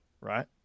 right